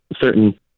certain